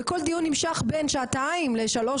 וכל דיון נמשך בין שעתיים לשלוש,